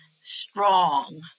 strong